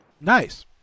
Nice